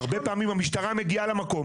הרבה פעמים המשטרה מגיעה למקום,